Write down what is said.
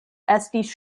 estis